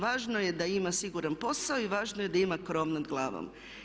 Važno je da ima siguran posao i važno je da ima krov nad glavom.